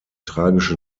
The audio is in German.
tragische